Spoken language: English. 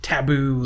taboo